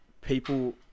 people